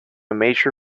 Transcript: major